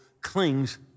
clings